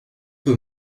peu